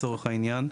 לצורך העניין,